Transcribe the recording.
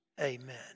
Amen